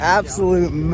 absolute